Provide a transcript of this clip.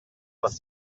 les